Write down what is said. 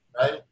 right